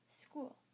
school